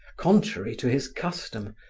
contrary to his custom,